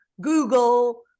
Google